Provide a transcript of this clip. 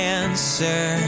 answer